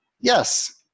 yes